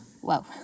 Whoa